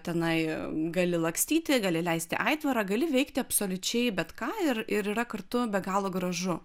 tenai gali lakstyti gali leisti aitvarą gali veikti absoliučiai bet ką ir ir yra kartu be galo gražu